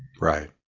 Right